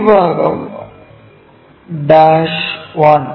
ഈ ഭാഗം ഡാഷ് 1